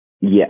Yes